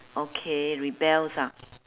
okay rebels ah